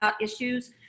issues